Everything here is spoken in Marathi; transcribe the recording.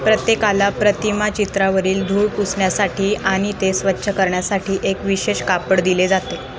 प्रत्येकाला प्रतिमा चित्रावरील धूळ पुसण्यासाठी आणि ते स्वच्छ करण्यासाठी एक विशेष कापड दिले जाते